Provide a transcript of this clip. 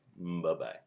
Bye-bye